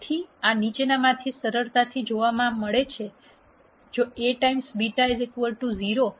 તેથી આ નીચેનામાંથી સરળતાથી જોવા મળે છે જો A ટાઇમ્સ β 0 જ્યાં β વેક્ટર A મેટ્રિક્સ છે